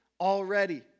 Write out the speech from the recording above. already